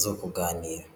zo kuganira.